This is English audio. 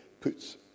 puts